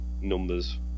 numbers